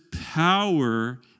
power